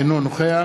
אינו נוכח